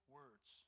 words